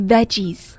Veggies